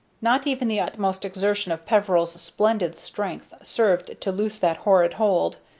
not even the utmost exertion of peveril's splendid strength served to loose that horrid hold.